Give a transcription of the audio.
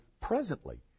presently